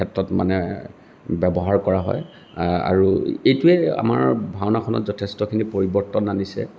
ক্ষেত্ৰত মানে ব্যৱহাৰ কৰা হয় আৰু এইটোৱেই আমাৰ ভাওনাখনত যথেষ্টখিনি পৰিৱৰ্তন আনিছে